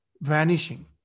vanishing